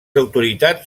autoritats